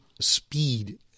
speed